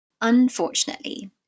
Unfortunately